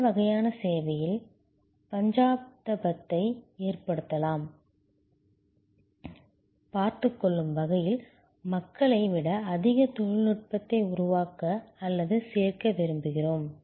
இந்த வகையான சேவையில் பச்சாதாபத்தை ஏற்படுத்தாமல் பார்த்துக்கொள்ளும் வகையில் மக்களை விட அதிக தொழில்நுட்பத்தை உருவாக்க அல்லது சேர்க்க விரும்புகிறோம்